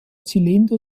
zylinder